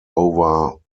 over